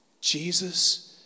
Jesus